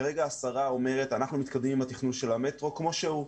כרגע השרה אומרת שאנחנו מתקדמים עם התכנון של המטרו כמו שהוא.